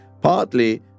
Partly